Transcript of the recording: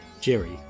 Jerry